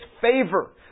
favor